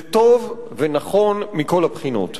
זה טוב ונכון מכל הבחינות.